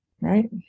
right